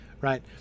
Right